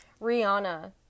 Rihanna